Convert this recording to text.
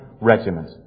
Regiment